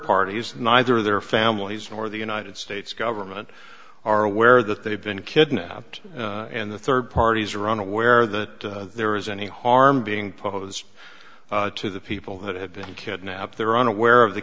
parties neither their families nor the united states government are aware that they've been kidnapped and the third parties are unaware that there is any harm being posed to the people that have been kidnapped they're unaware of the